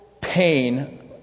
pain